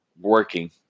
working